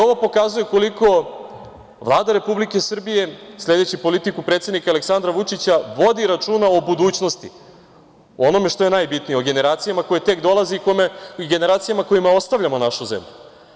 Ovo pokazuje koliko Vlada Republike Srbije sledeći politiku Aleksandra Vučića vodi računa o budućnosti, o onome što je najbitnije, o generacijama koje tek dolazi i generacijama kojima ostavljamo našu zemlju.